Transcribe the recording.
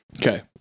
Okay